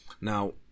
Now